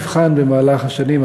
נבחן במהלך השנים,